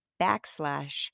backslash